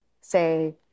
say